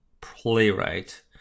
playwright